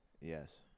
Yes